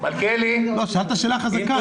שאלת שאלה חזקה.